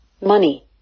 Money